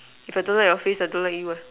if I don't like your face I don't like you uh